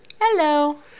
Hello